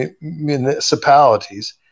municipalities